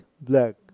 Black